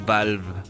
Valve